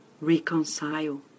Reconcile